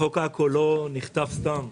חוק עכו לא נכתב סתם.